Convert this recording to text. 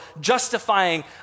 justifying